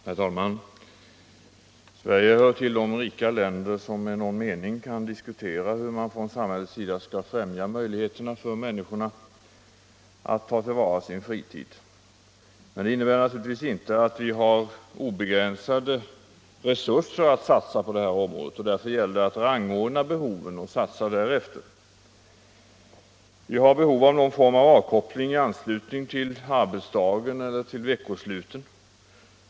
Herr talman! Sverige hör till de rika länder där man med någon mening kan diskutera hur samhället skall främja människornas möjligheter att ta till vara sin fritid. Men det innebär naturligtvis inte att vi har obegränsade resurser att satsa på området. Därför gäller det att rangordna behoven och satsa därefter. Vi har behov av någon form av avkoppling i anslutning till arbetsdagen eller till veckoslutet.